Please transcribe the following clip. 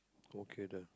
okay then